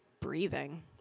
breathing